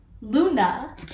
luna